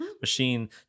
machine